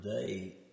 today